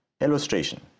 Illustration